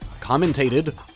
commentated